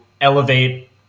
elevate